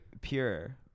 pure